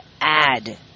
add